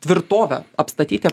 tvirtove apstatyti